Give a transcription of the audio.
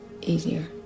easier